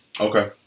Okay